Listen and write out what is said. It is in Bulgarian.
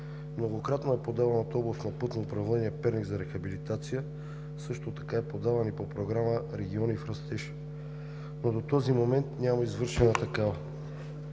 Многократно е подаван от Областно пътно управление – Перник, за рехабилитация, също така е подаван и по Програма „Региони в растеж“, но до този момент няма извършена такава.